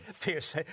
Pierce